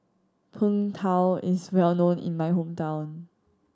Png Tao is well known in my hometown